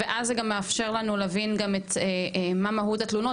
ואז זה גם מאפשר לנו להבין גם את מה מהות התלונות